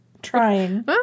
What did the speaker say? trying